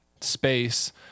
space